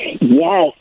Yes